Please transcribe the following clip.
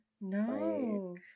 No